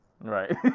Right